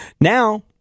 now